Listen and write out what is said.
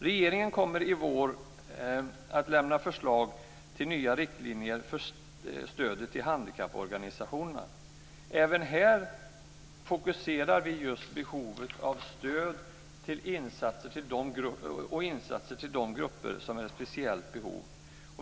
Regeringen kommer i vår att lämna förslag till nya riktlinjer för stödet till handikapporganisationerna. Även här fokuserar vi just på behovet av stöd och insatser till de grupper som har speciella behov.